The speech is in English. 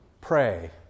pray